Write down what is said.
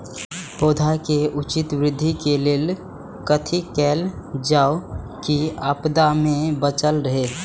पौधा के उचित वृद्धि के लेल कथि कायल जाओ की आपदा में बचल रहे?